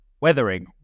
weathering